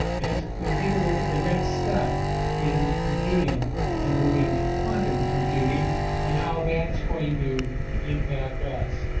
as we take a look at the next step in computing and moving to quantum computing and how that's going to impact us.